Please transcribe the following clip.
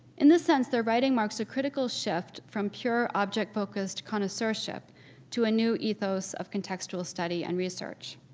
in this sense, their writing marks a critical shift from pure object-focused connoisseurship to a new ethos of contextual study and research.